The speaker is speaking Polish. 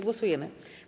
Głosujemy.